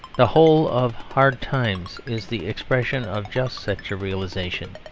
the whole of hard times is the expression of just such a realisation.